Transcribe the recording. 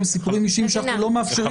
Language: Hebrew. סיפורים אישיים ואנחנו לא מאפשרים להם.